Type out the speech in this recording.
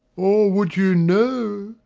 or would you know,